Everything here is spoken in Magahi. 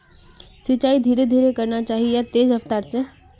सिंचाई धीरे धीरे करना चही या तेज रफ्तार से?